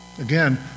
Again